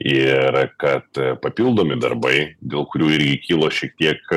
ir kad papildomi darbai dėl kurių irgi kilo šiek tiek